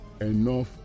enough